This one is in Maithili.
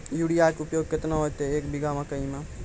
यूरिया के उपयोग केतना होइतै, एक बीघा मकई मे?